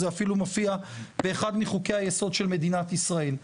זה אפילו מופיע באחד מחוקי היסוד של מדינת ישראל.